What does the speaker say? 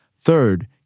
Third